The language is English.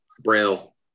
Braille